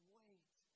wait